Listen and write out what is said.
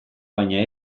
baina